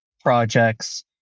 projects